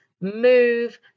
move